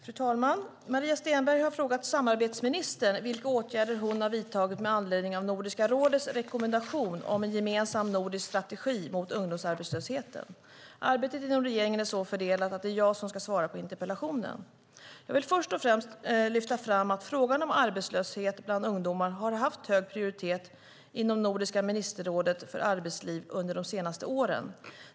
Fru talman! Maria Stenberg har frågat samarbetsministern vilka åtgärder hon har vidtagit med anledning av Nordiska rådets rekommendation om en gemensam nordisk strategi mot ungdomsarbetslösheten. Arbetet inom regeringen är så fördelat att det är jag som ska svara på interpellationen. Jag vill först och främst lyfta fram att frågan om arbetslöshet bland ungdomar har haft hög prioritet inom Nordiska ministerrådet för arbetsliv under de senaste åren.